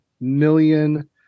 million